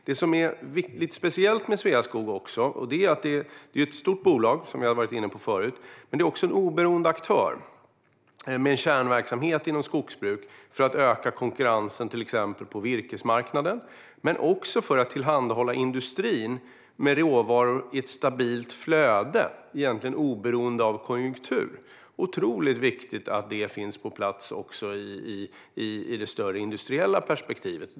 Det som är lite speciellt med Sveaskog är att det är ett stort bolag, som jag har varit inne på förut, men också en oberoende aktör med kärnverksamhet inom skogsbruk för att öka konkurrensen på till exempel virkesmarknaden men också för att tillhandahålla råvaror till industrin i ett stabilt flöde oberoende av konjunktur. Det är otroligt viktigt att det finns på plats också i det större industriella perspektivet.